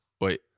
wait